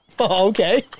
okay